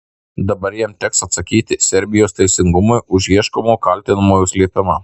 dabar jam teks atsakyti serbijos teisingumui už ieškomo kaltinamojo slėpimą